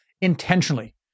intentionally